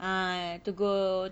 ah to go to work